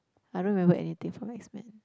I don't remember anything from X Men